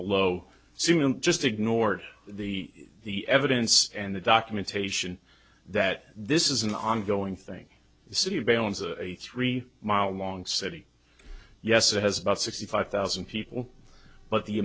below seeing them just ignored the the evidence and the documentation that this is an ongoing thing the city of valence a three mile long city yes it has about sixty five thousand people but the